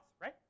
right